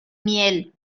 miel